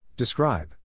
Describe